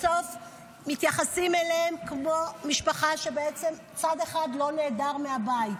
בסוף מתייחסים אליהם כמו אל משפחה כשבעצם צד אחד לא נעדר מהבית.